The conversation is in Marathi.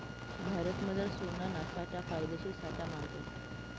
भारतमझार सोनाना साठा फायदेशीर साठा मानतस